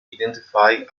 identified